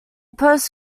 post